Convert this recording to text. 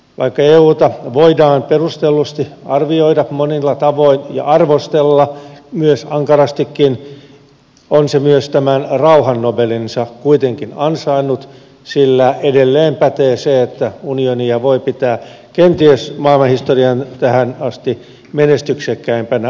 vaikka euta voidaan perustellusti arvioida monilla tavoin ja arvostella ankarastikin on se myös tämän rauhan nobelinsa kuitenkin ansainnut sillä edelleen pätee se että unionia voi pitää kenties maailmanhistorian tähän asti menestyksekkäimpänä rauhanprojektina